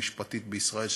הביורוקרטית-משפטית בישראל,